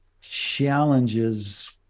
challenges